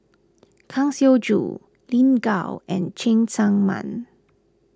Kang Siong Joo Lin Gao and Cheng Tsang Man